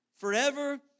forever